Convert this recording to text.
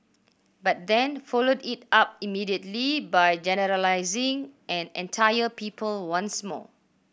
but then followed it up immediately by generalising an entire people once more